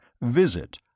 visit